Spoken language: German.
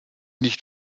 nicht